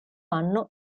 anno